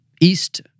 east